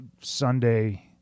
Sunday